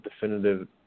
definitive